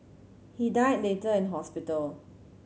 he died later in hospital